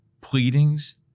pleadings